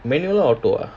manual auto